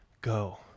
go